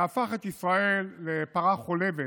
והפך את ישראל לפרה החולבת